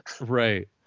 Right